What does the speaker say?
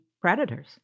predators